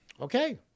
Okay